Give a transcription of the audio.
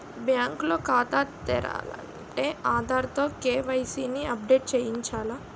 bank లో ఖాతా తెరాలంటే ఆధార్ తో కే.వై.సి ని అప్ డేట్ చేయించాల